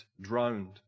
drowned